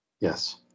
yes